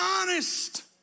honest